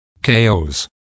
KOs